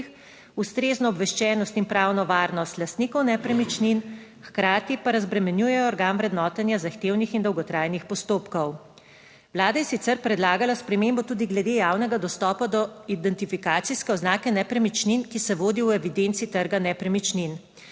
ustrezno obveščenost in pravno varnost lastnikov nepremičnin, hkrati pa razbremenjujejo organ vrednotenja zahtevnih in dolgotrajnih postopkov. Vlada je sicer predlagala spremembo tudi glede javnega dostopa do identifikacijske oznake nepremičnin, ki se vodi v evidenci trga nepremičnin.